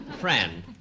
Friend